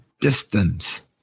distance